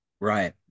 Right